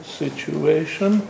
situation